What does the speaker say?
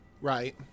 Right